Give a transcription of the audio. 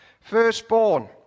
Firstborn